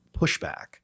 pushback